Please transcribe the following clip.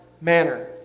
manner